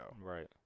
Right